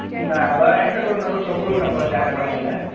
न ॿ आहिनि हिकिड़ो नंढो छोकिरो बि रखो आहे चांहि पाणीअ लाइ